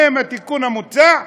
האם התיקון המוצע,